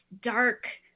dark